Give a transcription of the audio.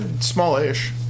small-ish